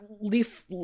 leaf